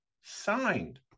signed